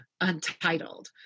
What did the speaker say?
untitled